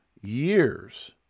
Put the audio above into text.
years